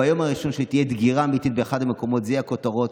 ביום הראשון שתהיה דגירה אמיתית באחד המקומות אלה יהיו הכותרות,